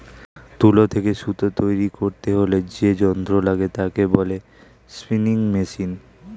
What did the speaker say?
তুলো থেকে সুতো তৈরী করতে হলে যে যন্ত্র লাগে তাকে বলে স্পিনিং মেশিন